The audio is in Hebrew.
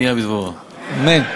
אמן.